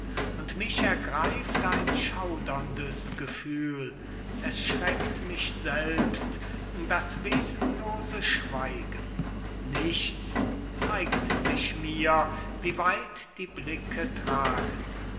und mich ergreift ein schauderndes gefühl es schreckt mich selbst das wesenlose schweigen nichts zeigt sich mir wie weit die blicke tragen